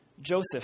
Joseph